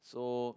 so